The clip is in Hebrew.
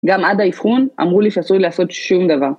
גם עד האבחון, אמרו לי שאסור לי לעשות שום דבר